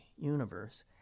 universe